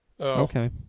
Okay